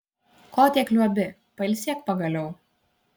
ko tiek liuobi pailsėk pagaliau